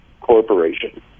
Corporation